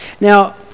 Now